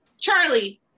Charlie